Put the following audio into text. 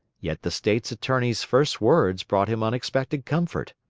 yet the state's attorney's first words brought him unexpected comfort.